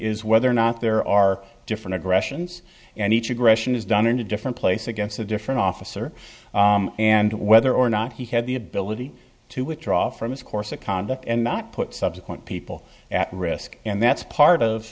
is whether or not there are different aggressions and each aggression is done in a different place against a different officer and whether or not he had the ability to withdraw from his course of conduct and not put subsequent people at risk and that's part of